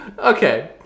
Okay